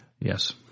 Yes